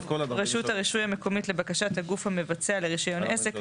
רשות הרישוי המקומית לבקשת הגוף המבצע לקבל רישיון עסק,